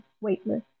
weightless